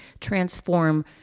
transform